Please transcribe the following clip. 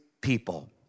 people